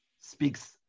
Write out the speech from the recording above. speaks